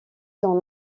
dans